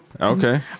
okay